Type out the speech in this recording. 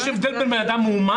יש הבדל בין בן אדם מאומת,